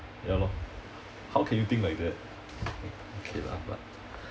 ya lor how can you think like that okay lah but